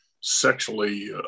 sexually